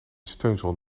steunzool